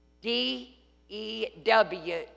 D-E-W